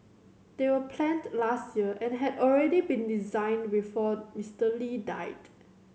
they were planned last year and had already been designed before Mister Lee died